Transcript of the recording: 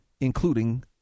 including